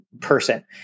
person